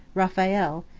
raphael,